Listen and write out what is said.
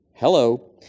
Hello